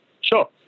Sure